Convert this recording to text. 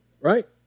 Right